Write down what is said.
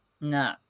no